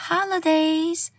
Holidays